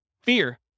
Fear